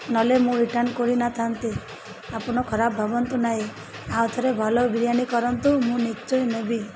ନହେଲେ ମୁଁ ରିଟର୍ଣ୍ଣ କରିନଥାନ୍ତି ଆପଣ ଖରାପ ଭାବନ୍ତୁ ନାଇଁ ଆଉ ଥରେ ଭଲ ବିରିୟାନୀ କରନ୍ତୁ ମୁଁ ନିଶ୍ଚୟ ନେବି